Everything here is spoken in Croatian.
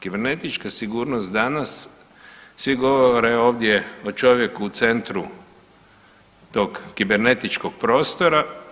Kibernetička sigurnost danas svi govore ovdje o čovjeku u centru tog kibernetičkog prostora.